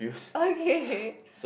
okay